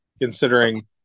considering